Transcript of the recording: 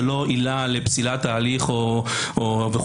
זה לא עילה לפסילת ההליך וכו',